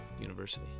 university